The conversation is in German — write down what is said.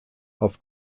auf